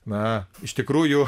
na iš tikrųjų